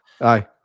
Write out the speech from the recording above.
Aye